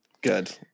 Good